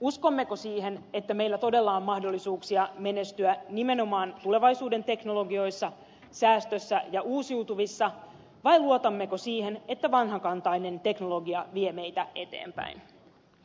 uskommeko siihen että meillä todella on mahdollisuuksia menestyä nimenomaan tulevaisuuden teknologioissa säästössä ja uusiutuvissa vai luotammeko siihen että vanhakantainen teknologia vie meitä eteenpäin